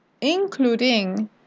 including